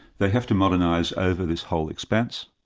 they have to modernise over this whole expanse.